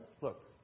Look